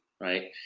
right